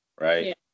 right